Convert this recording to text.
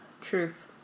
Truth